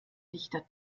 dichter